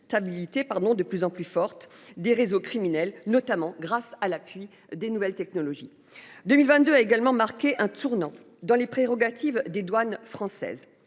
de plus en plus forte des réseaux criminels, notamment grâce à l'appui des nouvelles technologies. 2022 a également marqué un tournant dans les prérogatives des douanes françaises.